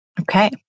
Okay